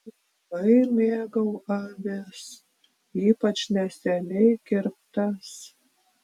labai mėgau avis ypač neseniai kirptas